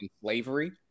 Slavery